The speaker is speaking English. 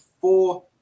four